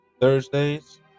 Thursdays